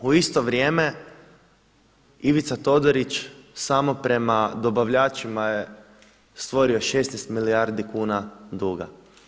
U isto vrijeme Ivica Todorić samo prema dobavljačima je stvorio 16 milijardi kuna duga.